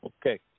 Okay